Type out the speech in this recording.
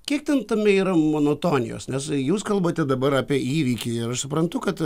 kiek ten tame yra monotonijos nes jūs kalbate dabar apie įvykį ir aš suprantu kad